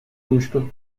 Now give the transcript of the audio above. olmuştu